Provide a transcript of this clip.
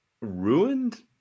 Ruined